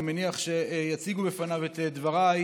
אני מניח שיציגו בפניו את דבריי,